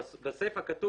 בסיפה כתוב